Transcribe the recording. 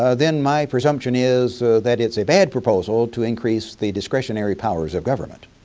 ah then my presumption is that it's a bad proposal to increase the discretionary powers of government.